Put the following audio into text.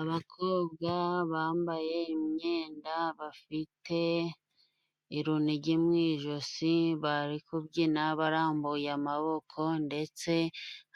Abakobwa bambaye imyenda bafite urunigi mu ijosi bari kubyina barambuye amaboko ndetse